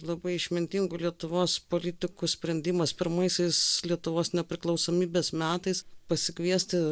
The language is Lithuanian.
labai išmintingų lietuvos politikų sprendimas pirmaisiais lietuvos nepriklausomybės metais pasikviesti